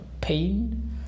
pain